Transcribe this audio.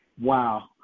Wow